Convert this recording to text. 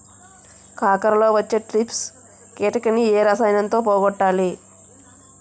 కాకరలో వచ్చే ట్రిప్స్ కిటకని ఏ రసాయనంతో పోగొట్టాలి?